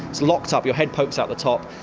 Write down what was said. it's locked up, your head pokes out the top,